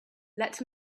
let